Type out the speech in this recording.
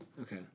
Okay